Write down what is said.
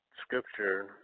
Scripture